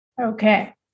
Okay